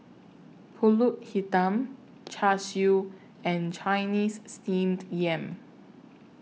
Pulut Hitam Char Siu and Chinese Steamed Yam